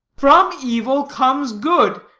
from evil comes good.